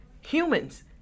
humans